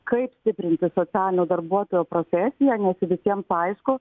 kaip stiprinti socialinio darbuotojo profesiją nes visiems aišku